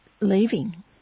leaving